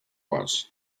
was